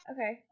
Okay